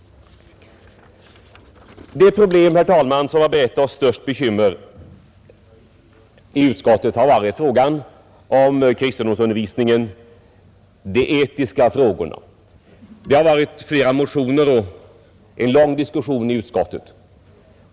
Det problem som berett oss det största bekymret i utskottet har emellertid varit frågan om kristendomsundervisningen och de etiska frågorna. Där har det väckts flera motioner, och vi har fört en lång diskussion om de frågorna i utskottet.